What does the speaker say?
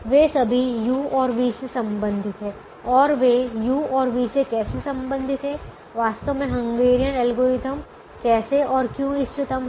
वे सभी u और v से संबंधित हैं और वे u और v से कैसे संबंधित है वास्तव में हंगेरियन एल्गोरिथ्म कैसे और क्यों इष्टतम है